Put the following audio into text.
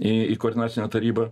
į koordinacinę tarybą